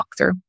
walkthrough